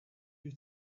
you